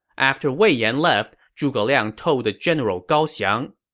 after wei yan left, zhuge liang told the general gao xiang,